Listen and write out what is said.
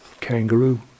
kangaroo